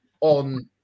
on